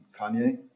Kanye